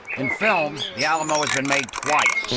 in film the alamo has been made twice.